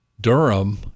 Durham